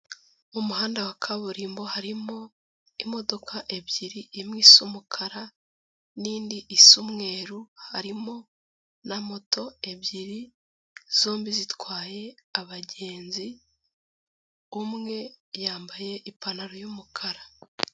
Mu muhanda wa kaburimbo, harimo imodoka ebyiri, imwe isa umukara, n'indi isa umweru, harimo na moto ebyiri, zombi zitwaye abagenzi, umwe yambaye ipantaro y'umukara.